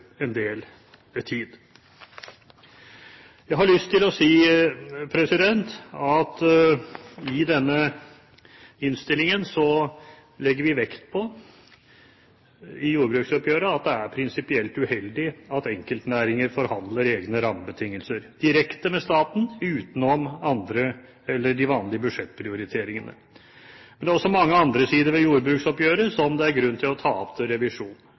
en del tid. Jeg har lyst til å si at i denne innstillingen legger vi vekt på at det i jordbruksoppgjøret er prinsipielt uheldig at enkeltnæringer forhandler egne rammebetingelser direkte med staten utenom andre eller de vanlige budsjettprioriteringene. Men det er også mange andre sider ved jordbruksoppgjøret som det er grunn til å ta opp til revisjon: